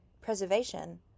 Preservation